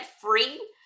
free